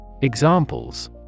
Examples